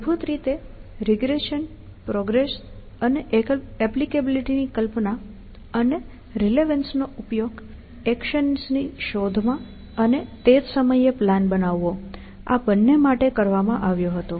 મૂળભૂત રીતે regression progress અને એપ્લિકેબીલીટી ની કલ્પના અને રિલેવન્સ નો ઉપયોગ એક્શન્સની શોધ માં અને તે જ સમયે પ્લાન બનાવવો આ બંને માટે કરવામાં આવ્યો હતો